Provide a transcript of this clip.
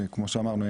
שכמו שאמרנו,